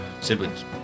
Siblings